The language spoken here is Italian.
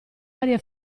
varie